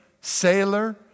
sailor